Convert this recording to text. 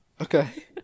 Okay